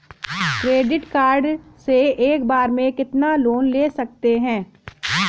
Credit card से एक बार में कितना लोन ले सकते हैं?